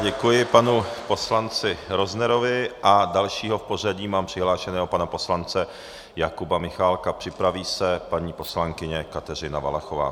Děkuji panu poslanci Roznerovi a dalšího v pořadí mám přihlášeného pana poslance Jakuba Michálka, připraví se paní poslankyně Kateřina Valachová.